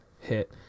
hit